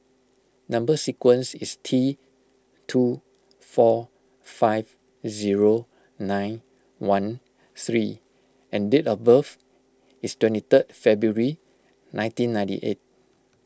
Number Sequence is T two four five zero nine one three and date of birth is twenty third February nineteen ninety eight